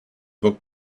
book